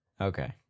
okay